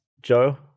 Joe